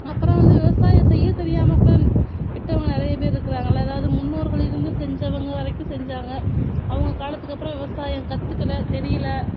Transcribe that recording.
அப்பறம் வந்து விவசாயம் செய்ய தெரியாமல் கூட விட்டவங்க நிறைய பேர்ருக்கறாங்கள்ல அதாவது முன்னோர்கள் இருந்து செஞ்சவங்க வரைக்கும் செஞ்சாங்க அவங்க காலத்துக்கப்றம் விவசாயம் கற்றுக்கல தெரியல